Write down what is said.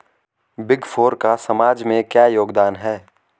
Big four का समाज में क्या योगदान है?